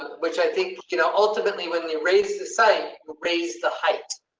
which i think, you know, ultimately, when they raise the site, raise the heights.